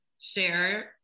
share